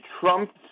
Trump